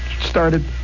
started